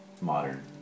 modern